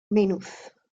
maynooth